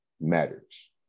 matters